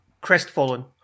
crestfallen